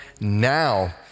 Now